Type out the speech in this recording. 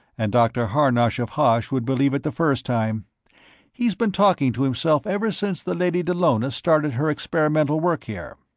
and dr. harnosh of hosh would believe it the first time he's been talking to himself ever since the lady dallona started her experimental work here.